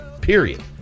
Period